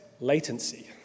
latency